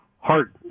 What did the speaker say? Heart